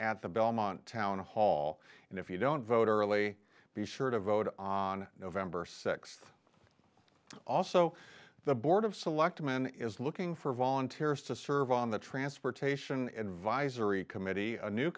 at the belmont town hall and if you don't vote early be sure to vote on november th also the board of selectmen is looking for volunteers to serve on the transportation advisory committee a new